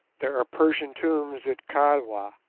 there are persian tombs at kilwa,